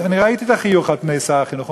אני ראיתי את החיוך על פני שר החינוך.